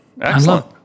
Excellent